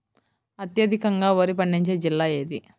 అత్యధికంగా వరి పండించే జిల్లా ఏది?